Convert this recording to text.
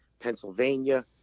Pennsylvania